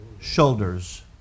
shoulders